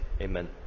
amen